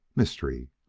mystery?